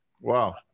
wow